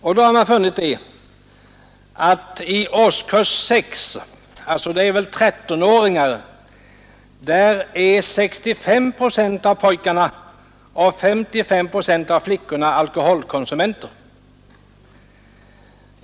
Därvid har man funnit att i årskurs 6 — det är väl 13-åringar där — 65 procent av pojkarna och 55 procent av flickorna är alkoholkonsumenter.